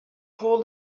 call